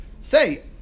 Say